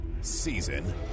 season